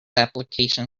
application